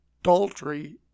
adultery